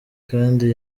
kandi